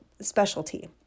specialty